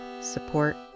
support